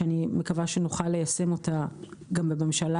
שאני מקווה שנוכל ליישם אותה גם בממשלה